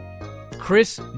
Chris